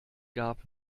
gab